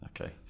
Okay